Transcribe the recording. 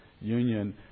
union